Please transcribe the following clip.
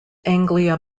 anglia